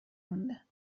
مونده